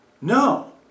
No